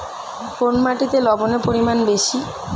কোন মাটিতে লবণের পরিমাণ বেশি?